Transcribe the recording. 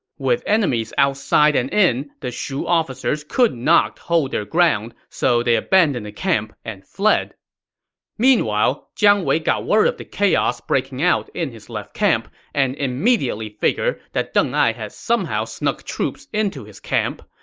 with enemies outside and in, the shu officers could not hold their ground, so they abandoned the camp and fled meanwhile, jiang wei got word of the chaos breaking out in his left camp and immediately figured that deng ai had somehow snuck troops into his camp.